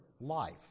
life